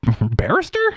barrister